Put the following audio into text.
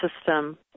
system